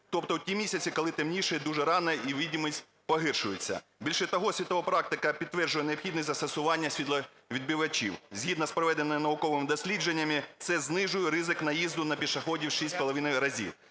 тобто в ті місяці, коли темнішає дуже рано і видимість погіршується. Більше того, світова практика підтверджує необхідність застосування світловідбивачів. Згідно з проведеними науковими дослідженнями це знижує ризик наїзду на пішоходів в